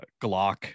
Glock